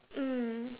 mm